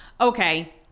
Okay